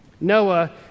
Noah